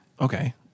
Okay